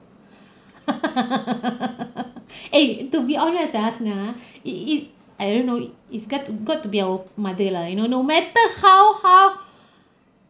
eh to be honest ah hasna it it I don't know it's got to got to be our my mother lah you know no matter how how